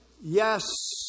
yes